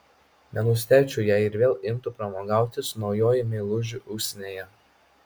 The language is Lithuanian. nenustebčiau jei ir vėl imtų pramogauti su naujuoju meilužiu užsienyje